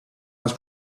was